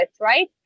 right